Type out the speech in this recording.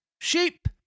sheep